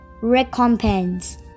recompense